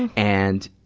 and and,